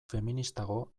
feministago